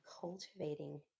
cultivating